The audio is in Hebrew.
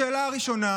השאלה הראשונה: